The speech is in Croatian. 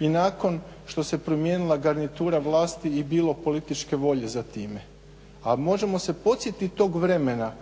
i nakon što se promijenila garnitura vlasti i bilo političke volje za time. A možemo se podsjetit tog vremena